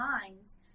minds